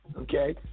Okay